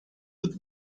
with